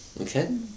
Okay